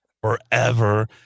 Forever